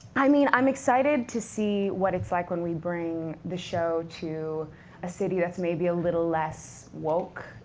i mean, i'm excited to see what it's like when we bring the show to a city that's maybe a little less woke,